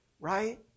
right